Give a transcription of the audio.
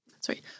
sorry